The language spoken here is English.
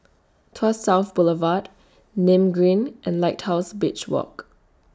Tuas South Boulevard Nim Green and Lighthouse Beach Walk